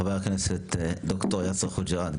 חבר הכנסת ד"ר יאסר חוג'יראת,